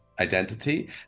identity